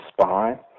Spy